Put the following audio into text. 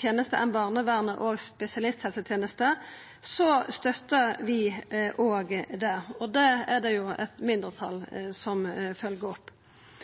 tenester enn barneverns- og spesialisthelsetenester. Det er det eit mindretal som følgjer opp. Sjølvsagt må det siste greiast ut, men vi meiner at det